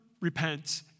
repent